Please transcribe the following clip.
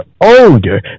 older